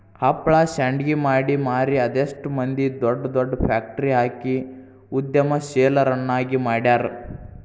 ಹಪ್ಳಾ ಶಾಂಡ್ಗಿ ಮಾಡಿ ಮಾರಿ ಅದೆಷ್ಟ್ ಮಂದಿ ದೊಡ್ ದೊಡ್ ಫ್ಯಾಕ್ಟ್ರಿ ಹಾಕಿ ಉದ್ಯಮಶೇಲರನ್ನಾಗಿ ಮಾಡ್ಯಾರ